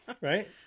Right